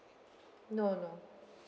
no no